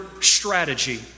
strategy